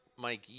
Mike